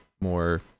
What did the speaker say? more